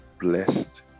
blessed